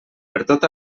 pertot